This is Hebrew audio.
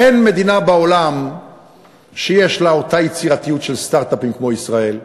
אין מדינה בעולם שיש לה אותה יצירתיות של סטרט-אפים כמו ישראל.